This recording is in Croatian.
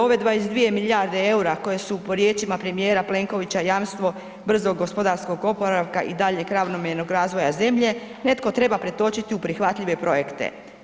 Ove 22 milijarde EUR-a koje su po riječima premijera Plenkovića jamstvo brzog gospodarskog oporavka i daljnjeg ravnomjernog razvoja zemlje netko treba pretočiti u prihvatljive projekte.